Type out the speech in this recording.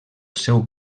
seu